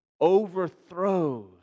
overthrows